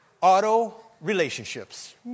Auto-relationships